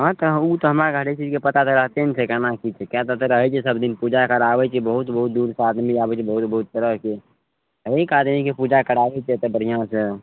हँ तऽ उ तऽ हमरा हरेक चीजके पता तऽ रहिते ने छै केना की छै किएक तऽ रहय छै सब दिन पूजा कराबय छै बहुत बहुत दूरसँ आदमी आबय छै बहुत बहुत तरहके हरेक आदमीके पूजा कराबय छियै एतऽ बढ़िआँसँ